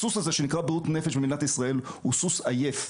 הסוס הזה שנקרא בריאות נפש במדינת ישראל הוא סוס עייף.